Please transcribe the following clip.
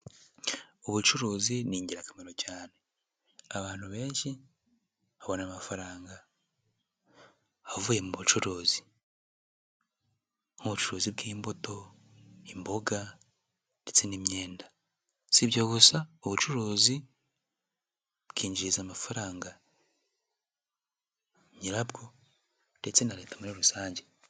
Ubucuruzi ni ingirakamaro cyane, abantu benshi babona amafaranga avuye mu bucuruzi. Nk'ubucuruzi bw'imbuto, imboga ndetse n'imyenda. Si ibyo gusa ubucuruzi bwinjiriza amafaranga nyirabwo ndetse na leta muri rusange.